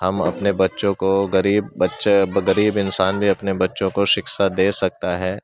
ہم اپنے بچوں کو غریب بچے غریب انسان بھی اپنے بچوں کو شکسا دے سکتا ہے